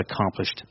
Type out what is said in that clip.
accomplished